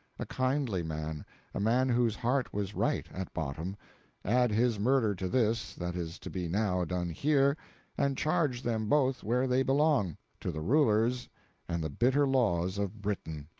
a kindly man a man whose heart was right, at bottom add his murder to this that is to be now done here and charge them both where they belong to the rulers and the bitter laws of britain.